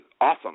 awesome